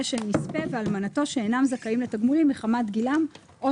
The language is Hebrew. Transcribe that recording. של נספה ואלמנתו שאינם זכאים לתגמולים מחמת גילם או